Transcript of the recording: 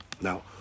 Now